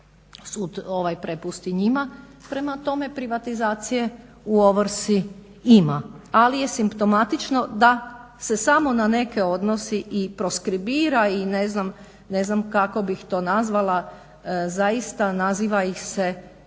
sud prepusti njima. Prema tome, privatizacije u ovrsi ima, ali je simptomatično da se samo na neke odnosi i proskribira i ne znam kako bih to nazvala, zaista naziva ih se pogrdnim